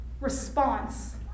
response